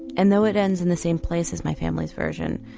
and though it ends in the same place as my family's version,